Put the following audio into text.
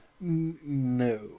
no